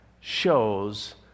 shows